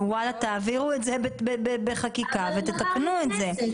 תעבירו את זה בחקיקה ותתקנו את זה.